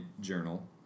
journal